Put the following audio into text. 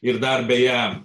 ir dar beje